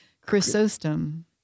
Chrysostom